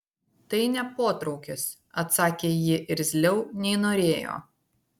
tai ne potraukis atsakė ji irzliau nei norėjo